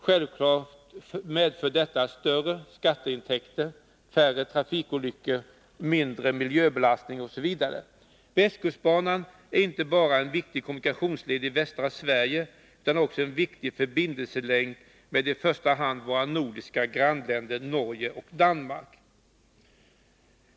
Självklart medför detta större skatteintäkter, färre trafikolyckor, mindre miljöbelastning osv. Västkustbanan är inte bara en viktig kommunikationsled i västra Sverige utan också en viktig förbindelselänk med i första hand våra nordiska grannländer Norge och Danmark.